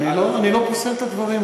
אני לא פוסל את הדברים,